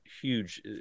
huge